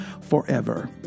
forever